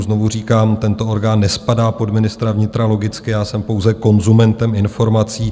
Znovu říkám, tento orgán nespadá pod ministra vnitra, logicky, já jsem pouze konzumentem informací.